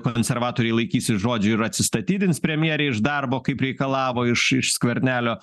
konservatoriai laikysis žodžio ir atsistatydins premjerė iš darbo kaip reikalavo iš iš skvernelio